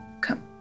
Come